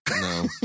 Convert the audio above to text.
no